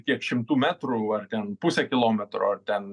kiek šimtų metrų ar ten pusę kilometro ar ten